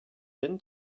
been